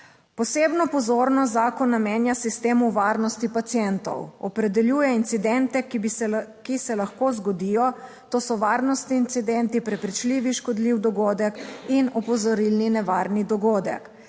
Posebno pozornost zakon namenja sistemu varnosti pacientov. Opredeljuje incidente, ki se lahko zgodijo, to so varnostni incidenti, prepričljivi škodljiv dogodek in opozorilni nevarni dogodek.